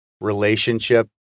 relationship